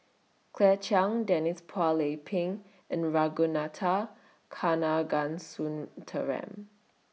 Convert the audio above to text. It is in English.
Claire Chiang Denise Phua Lay Peng and Ragunathar Kanagasuntheram